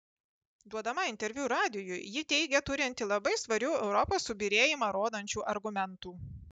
duodama interviu radijui ji teigė turinti labai svarių europos subyrėjimą rodančių argumentų